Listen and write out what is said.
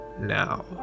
Now